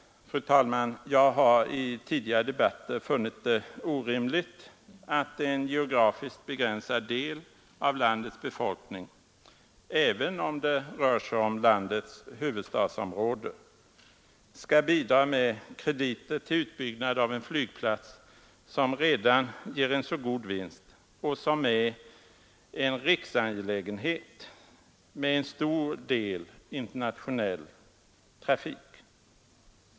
Fru talman! Jag har i tidigare debatter funnit det orimligt att en geografiskt begränsad del av landets befolkning — även om det rör sig om landets huvudstadsområde — skall bidra med krediter till utbyggnad av en flygplats, som redan ger en så god vinst och som är en riksangelägenhet med en stor del internationell trafik.